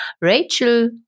Rachel